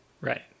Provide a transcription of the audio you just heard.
Right